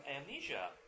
amnesia